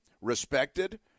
respected